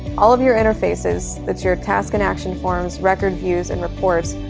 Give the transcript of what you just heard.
all of your interfaces, that's your task and action forms, record views, and reports,